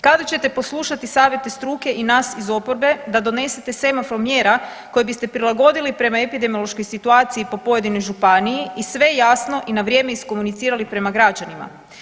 Kada ćete poslušati savjete struke i nas iz oporbe da donesete semafor mjera koje biste prilagodili prema epidemiološkoj situaciji po pojedinoj županiji i sve jasno i na vrijeme iskomunicirali prema građanima?